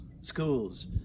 schools